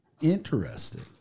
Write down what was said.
interesting